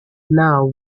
now